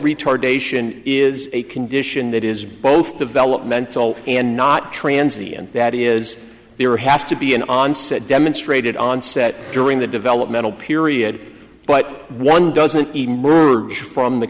retardation is a condition that is both developmental and not transients that is there has to be an onset demonstrated onset during the developmental period but one doesn't even form the